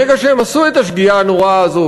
ברגע שהם עשו את השגיאה הנוראה הזאת,